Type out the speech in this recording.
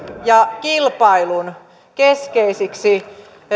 ja kilpailun keskeiseksi